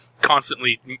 constantly